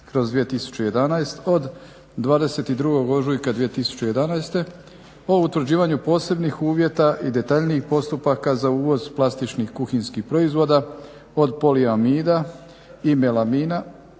284/2011. od 22. ožujka 2011. o utvrđivanju posebnih uvjeta i detaljnijih postupaka za uvoz plastičnih kuhinjskih proizvoda od poliamida i melamina,